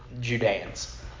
Judeans